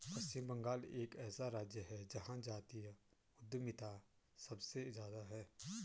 पश्चिम बंगाल एक ऐसा राज्य है जहां जातीय उद्यमिता सबसे ज्यादा हैं